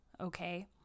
okay